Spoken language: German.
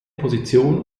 position